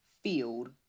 field